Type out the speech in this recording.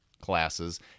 classes